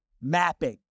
mapping